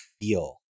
feel